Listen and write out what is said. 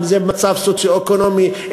אם במצב סוציו-אקונומי,